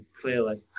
clearly